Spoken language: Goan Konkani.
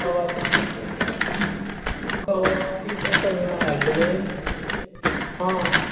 गोवाचें पीट गोंवाचे पीट आसा नू हाडलेले आं